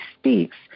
speaks